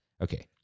Okay